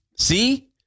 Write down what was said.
See